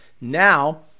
Now